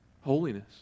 Holiness